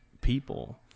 people